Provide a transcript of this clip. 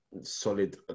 Solid